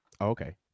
okay